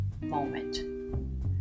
moment